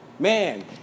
Man